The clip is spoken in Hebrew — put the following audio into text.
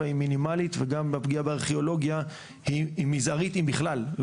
היא מינימלית והפגיעה בארכיאולוגיה היא מזערית אם בכלל.